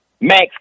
Max